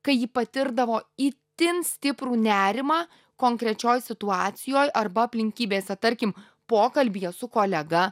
kai ji patirdavo itin stiprų nerimą konkrečioj situacijoj arba aplinkybėse tarkim pokalbyje su kolega